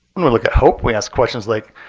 when we look at hope, we ask questions like,